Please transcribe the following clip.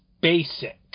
basic